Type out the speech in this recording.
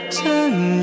turn